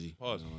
Pause